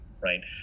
right